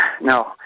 no